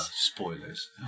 Spoilers